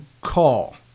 call